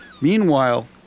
meanwhile